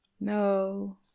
No